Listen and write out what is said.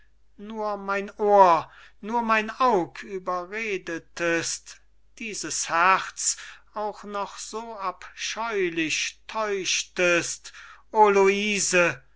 nur mein ohr nur mein aug überredetest dieses herz auch noch so abscheulich täuschtest o luise